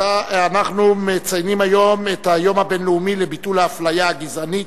אנחנו מציינים היום את היום הבין-לאומי לביטול האפליה הגזעית,